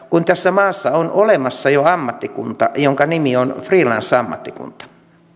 kun tässä maassa on olemassa jo ammattikunta jonka nimi on freelance ammattikunta